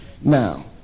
now